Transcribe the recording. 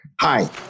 Hi